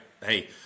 Hey